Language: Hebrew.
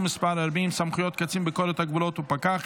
מס' 40) (סמכויות קצין ביקורת הגבולות ופקח),